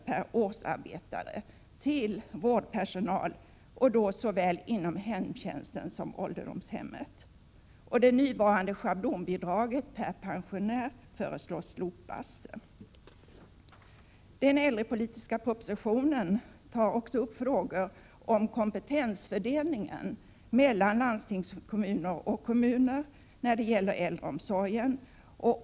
per årsarbetare till vårdpersonal inom såväl hemtjänsten som ålderdomshemmen. Det nuvarande schablonbidraget per pensionär föreslås slopas. Den äldrepolitiska propositionen tar också upp frågor om kompetensfördelningen mellan landstingskommuner och primärkommuner vad gäller äldreomsorgen.